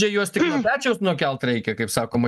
čia juos tik nuo pečiaus nukelt reikia kaip sakoma